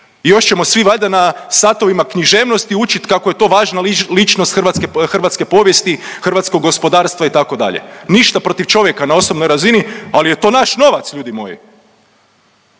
I još ćemo svi valjda na satovima književnosti učiti kako je to važna ličnost hrvatske povijesti, hrvatskog gospodarstva itd. Ništa protiv čovjeka na osobnoj razini, ali je to naš novac ljudi moji!